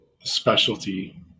specialty